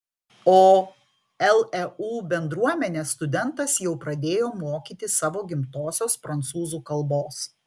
o leu bendruomenę studentas jau pradėjo mokyti savo gimtosios prancūzų kalbos